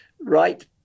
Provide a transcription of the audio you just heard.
right